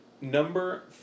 Number